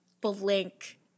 blink